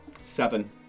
seven